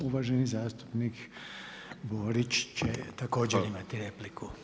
Uvaženi zastupnik Borić će također imati repliku.